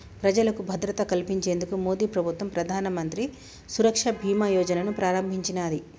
ప్రజలకు భద్రత కల్పించేందుకు మోదీప్రభుత్వం ప్రధానమంత్రి సురక్ష బీమా యోజనను ప్రారంభించినాది